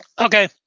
Okay